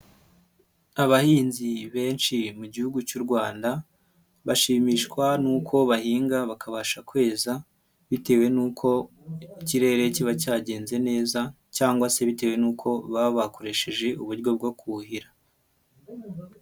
Abahinzi benshi mu gihugu cy'u Rwanda, bashimishwa n'uko bahinga bakabasha kweza bitewe n'uko ikirere kiba cyagenze neza cyangwa se bitewe nuko baba bakoresheje uburyo bwo kuhira.